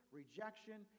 rejection